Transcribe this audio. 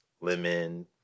lemon